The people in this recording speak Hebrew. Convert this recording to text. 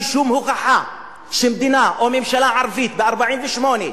שום הוכחה שמדינה או ממשלה ערבית ב-1948,